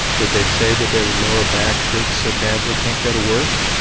that they say that their lower back hurts so badly they can't go to work,